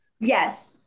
Yes